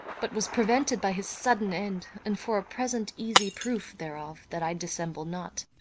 but was prevented by his sudden end and for a present easy proof thereof, that i dissemble not,